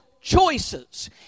choices